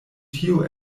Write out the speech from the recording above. tio